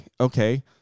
okay